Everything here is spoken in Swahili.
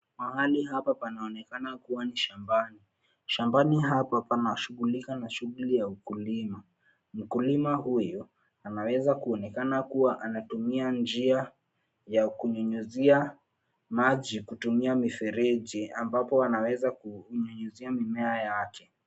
Mahali hapa panaonekana kuwa ni shambani. Shambani hapa panashughulika na shughuli ya ukulima, mkulima huyu, anaweza kuonekana kuwa anatumia njia, ya kunyunyizia, maji kutumia mifereji ambapo anaweza kunyunyizia mimea yake.